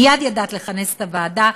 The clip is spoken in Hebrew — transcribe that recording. מייד ידעת לכנס את הוועדה,